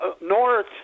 north